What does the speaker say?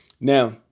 Now